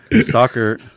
stalker